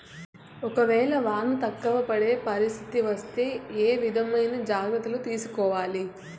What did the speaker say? ఒక వేళ వాన తక్కువ పడే పరిస్థితి వస్తే ఏ విధమైన జాగ్రత్తలు తీసుకోవాలి?